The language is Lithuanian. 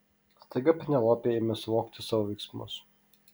staiga penelopė ėmė suvokti savo veiksmus